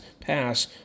pass